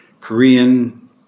Korean